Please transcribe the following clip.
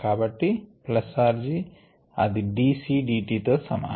కాబట్టి plus r g అది d C d t తో సమానం